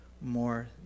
more